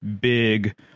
big